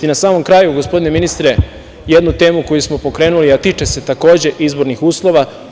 I na samom kraju, gospodine ministre, jedanu temu koju smo pokrenuli, a tiče se takođe izbornih uslova.